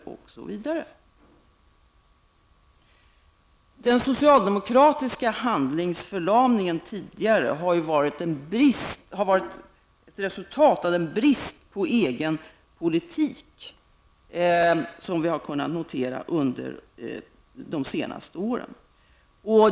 Den tidigare socialdemokratiska handlingsförlamningen har ju varit ett resultat av den brist på egen politik som vi har kunnat notera under de senaste åren.